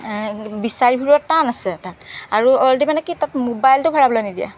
বিচাৰি ফুৰিব টান আছে তাত আৰু অলৰেডি মানে কি তাত মোবাইলটো ভৰাবলৈ নিদিয়ে